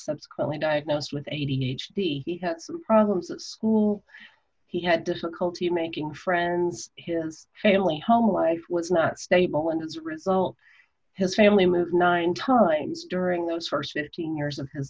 subsequently diagnosed with age he had some problems at school he had difficulty making friends his family home life was not stable and as a result his family moved nine times during those st fifteen years of his